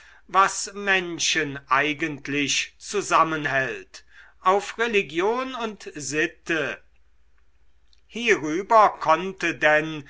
was menschen eigentlich zusammenhält auf religion und sitte hierüber konnte denn